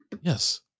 Yes